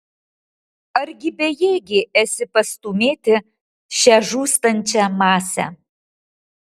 argi bejėgė esi pastūmėti šią žūstančią masę